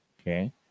Okay